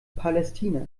palästina